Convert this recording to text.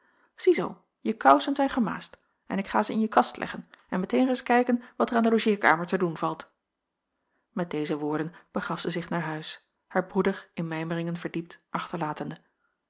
ziezoo je kousen zijn gemaasd en ik ga ze in je kast leggen en meteen reis kijken wat er aan de logeerkamer te doen valt met deze woorden begaf zij zich naar huis haar broeder in mijmeringen verdiept achterlatende